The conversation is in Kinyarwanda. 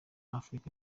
africa